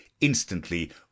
instantly